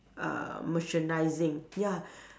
uh merchandising ya